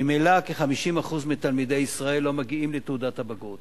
ממילא כ-50% מתלמידי ישראל לא מגיעים לתעודת הבגרות,